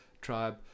tribe